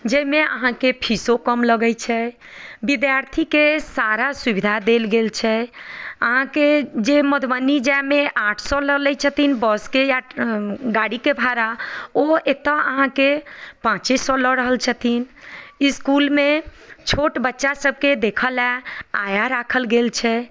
जाहिमे अहाँके फीसो कम लगैत छै विद्यार्थीके सारा सुविधा देल गेल छै अहाँके जे मधुबनी जाइमे आठ सए लऽ लैत छथिन बसके या ट्र गाड़ीके भाड़ा ओ एतय अहाँकेँ पाँचे सए लऽ रहल छथिन इस्कुलमे छोट बच्चासभके देखय लेल आया राखल गेल छै